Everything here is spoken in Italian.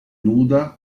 nuda